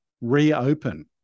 reopen